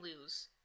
lose